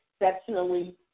exceptionally